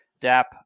DAP